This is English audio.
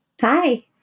Hi